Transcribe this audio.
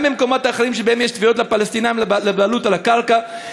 גם במקומות אחרים שבהם יש תביעות לפלסטינים לבעלות על הקרקע,